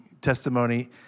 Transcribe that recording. testimony